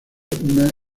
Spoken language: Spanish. una